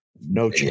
No